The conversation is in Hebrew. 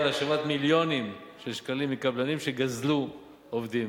להשבת מיליוני שקלים מקבלנים שגזלו עובדים,